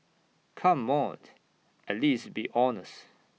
come on at least be honest